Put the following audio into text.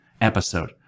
episode